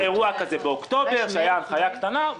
היה אירוע כזה באוקטובר, שהיתה הנחיה קטנה.